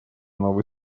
новый